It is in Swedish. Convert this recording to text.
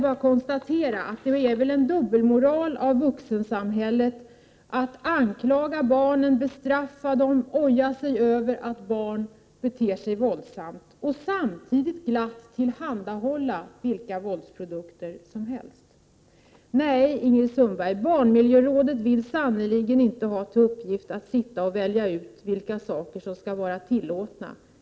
Det innebär väl en dubbelmoral i vuxensamhället att man anklagar barnen, bestraffar dem, ojar sig över att de beter sig våldsamt — och samtidigt glatt tillhandahåller vilka våldsprodukter som helst. Nej, Ingrid Sundberg, barnmiljörådet vill sannerligen inte ha till uppgift Prot. 1987/88:124 att sitta och välja ut vilka saker som skall vara tillåtna.